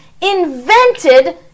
invented